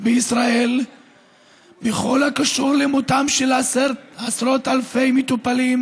בישראל בכל הקשור למותם של עשרות אלפי מטופלים,